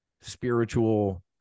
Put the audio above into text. spiritual